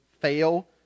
fail